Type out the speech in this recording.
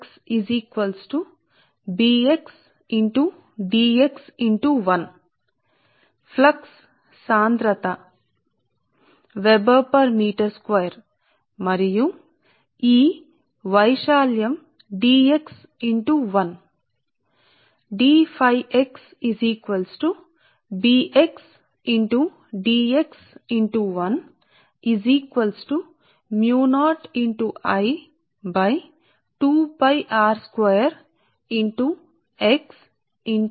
అది ఏంటి అంటే అంటే అది ఫ్లక్స్ డెన్సిటీ మీటర్ చదరపు వెబెర్ కి ఈ ప్రాంతం లో d x ✕1 అందువల్ల మందం d x మరియు 1 మీటర్ పొడవు గల చిన్న ప్రాంతానికి అవకలన ప్రవాహం మీ కండక్టర్ను పరిగణన లోకి తీసుకుంటే d x